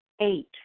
Eight